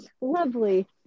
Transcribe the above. lovely